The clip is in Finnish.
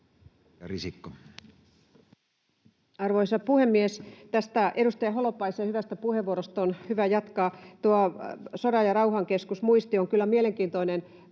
Content: Arvoisa puhemies! Edustaja Holopaisen hyvästä puheenvuorosta on hyvä jatkaa. Tuo Sodan ja rauhan keskus Muisti on kyllä mielenkiintoinen